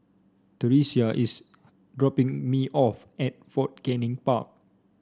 Theresia is dropping me off at Fort Canning Park